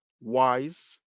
wise